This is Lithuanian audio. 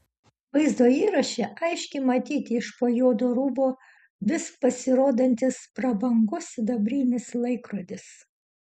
vaizdo įraše aiškiai matyti iš po juodo rūbo vis pasirodantis prabangus sidabrinis laikrodis